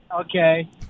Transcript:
okay